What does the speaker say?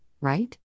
right